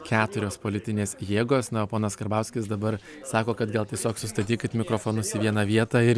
keturios politinės jėgos na o ponas karbauskis dabar sako kad gal tiesiog sustatykit mikrofonus į vieną vietą ir